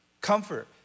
comfort